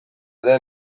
ere